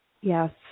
Yes